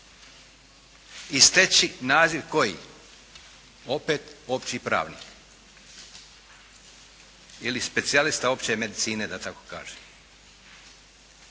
i steći naziv. Koji? Opet opći pravnik ili specijalista opće medicine da tako kažem.